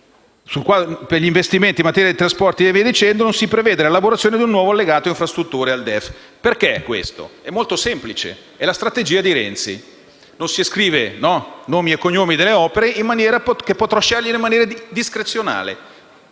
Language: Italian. per gli investimenti in materia di trasporti non si prevede la lavorazione di un nuovo allegato infrastrutture al DEF. Ciò per una ragione molto semplice; è la strategia di Renzi. Non si scrivono nomi e cognomi delle opere, in modo che potrà poi scegliere in maniera discrezionale.